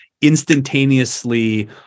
instantaneously